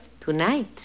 Tonight